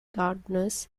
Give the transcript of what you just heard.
gardeners